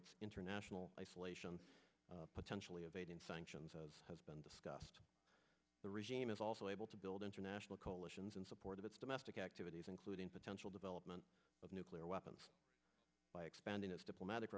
its international isolation potentially evading sanctions then discussed the regime is also able to build international coalitions in support of its domestic activities including potential development of nuclear weapons by expanding its diplomatic